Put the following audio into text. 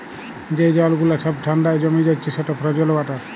যে জল গুলা ছব ঠাল্ডায় জমে যাচ্ছে সেট ফ্রজেল ওয়াটার